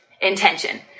intention